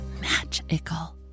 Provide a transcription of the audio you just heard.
Magical